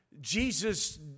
Jesus